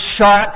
shot